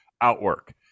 outwork